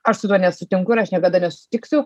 aš su tuo nesutinku ir aš niekada nesutiksiu